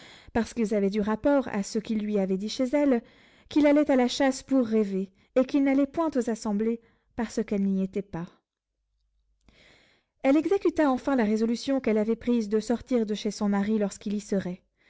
parce qu'ils avaient du rapport à ce qu'il lui avait dit chez elle qu'il allait à la chasse pour rêver et qu'il n'allait point aux assemblées parce qu'elle n'y était pas elle exécuta enfin la résolution qu'elle avait prise de sortir de chez son mari lorsqu'il y serait